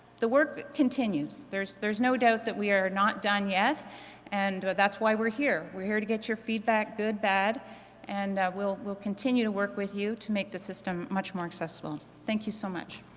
the work continues. there's there's no doubt that we are not done yet and but that's why we're here. we're here to get your feedback, good, bad and we'll we'll continue to work with you to make the system much more accessible. thank you so much.